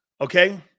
Okay